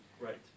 Right